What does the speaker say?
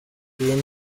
iyi